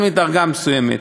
מדרגה מסוימת,